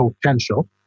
potential